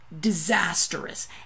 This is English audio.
disastrous